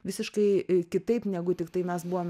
visiškai kitaip negu tiktai mes buvom